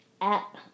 app